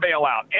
bailout